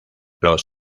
los